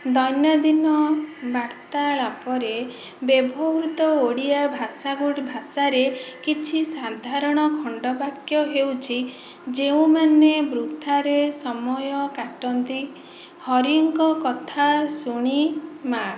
ଦୈନଦିନ ବାର୍ତ୍ତାଳାପରେ ବ୍ୟବହୃତ ଓଡ଼ିଆ ଭାଷା ଗୁଡ଼ା ଭାଷାରେ କିଛି ସାଧାରଣ ଖଣ୍ଡ ବାକ୍ୟ ହେଉଛି ଯେଉଁମାନେ ବୃଥାରେ ସମୟ କାଟନ୍ତି ହରିଙ୍କ କଥା ଶୁଣି ମା